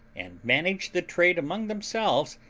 and managed the trade among themselves,